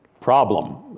problem,